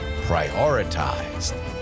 prioritized